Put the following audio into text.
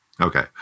Okay